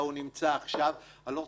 הוא הולך לעשות